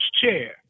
chair